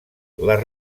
les